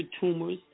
tumors